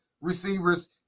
receivers